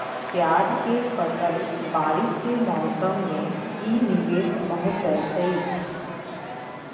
प्याज के फसल बारिस के मौसम में की निवेस पहुचैताई?